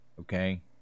okay